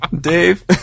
Dave